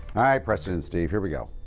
preston and steve here we go.